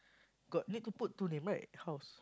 got need to put two name right house